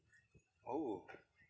oh